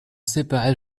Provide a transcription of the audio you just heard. séparer